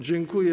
Dziękuję.